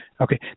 Okay